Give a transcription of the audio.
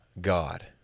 God